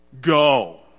go